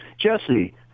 Jesse